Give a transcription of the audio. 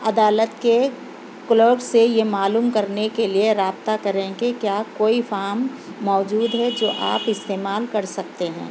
عدالت کے کلرک سے یہ معلوم کرنے کے لئے رابطہ کریں کہ کیا کوئی فارم موجود ہے جو آپ استعمال کر سکتے ہیں